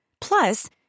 Plus